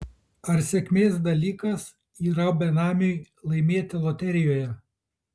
ar sėkmės dalykas yra benamiui laimėti loterijoje